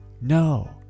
No